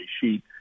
sheet